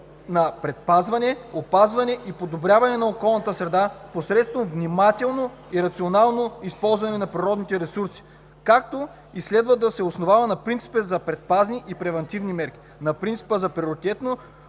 на предпазване, опазване и подобряване на околната среда посредством внимателно и рационално използване на природните ресурси, както и следва да се основава на принципа за предпазни и превантивни мерки, на принципа за приоритетно